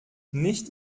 nicht